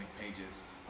pages